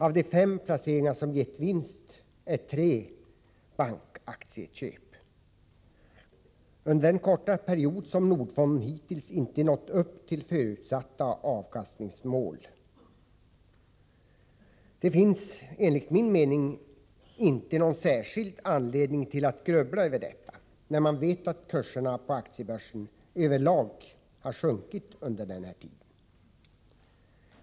Av de fem placeringar som gett vinst utgörs tre av bankaktieköp under den korta period som Nordfonden hittills inte nått upp till förutsatta avkastningsmål. Det finns enligt min mening inte någon särskild anledning att grubbla över detta, när man vet att kurserna på aktiebörsen över lag har sjunkit under den här tiden.